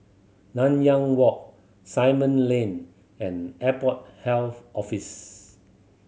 Nanyang Walk Simon Lane and Airport Health Office